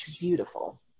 beautiful